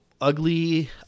ugly